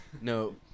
No